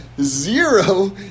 zero